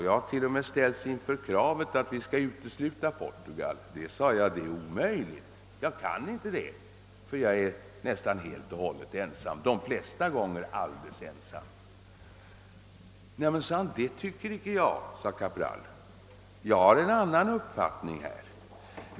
Jag har ställts inför kravet att vi skall utesluta Portugal, men jag har svarat att det är omöjligt. Jag kan inte det, ty jag är de flesta gånger alldeles ensam.» Cabral svarade: »Jag har en annan uppfattning.